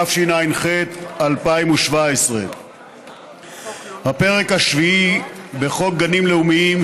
התשע"ח 2017. הפרק השביעי בחוק גנים לאומיים,